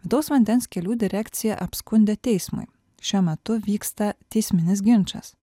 vidaus vandens kelių direkcija apskundė teismui šiuo metu vyksta teisminis ginčas